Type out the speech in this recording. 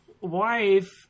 wife